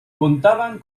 contaban